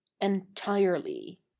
Entirely